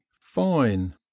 fine